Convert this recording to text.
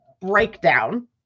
breakdown